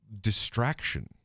distraction